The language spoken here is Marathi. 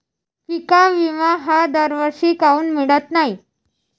पिका विमा हा दरवर्षी काऊन मिळत न्हाई?